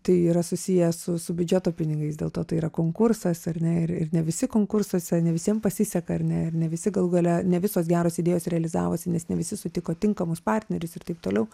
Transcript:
tai yra susiję su su biudžeto pinigais dėl to tai yra konkursas ar ne ir ir ne visi konkursuose ne visiem pasiseka ar ne ir ne visi galų gale ne visos geros idėjos realizavosi nes ne visi sutiko tinkamus partnerius ir taip toliau